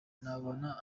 nabona